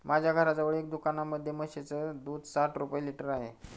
माझ्या घराजवळ एका दुकानामध्ये म्हशीचं दूध साठ रुपये लिटर आहे